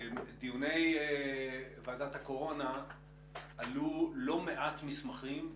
בדיוני ועדת הקורונה עלו לא מעט מסמכים,